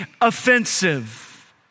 offensive